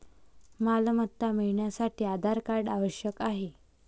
मालमत्ता मिळवण्यासाठी आधार कार्ड आवश्यक आहे